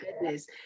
goodness